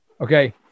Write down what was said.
Okay